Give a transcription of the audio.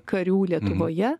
karių lietuvoje